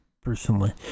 personally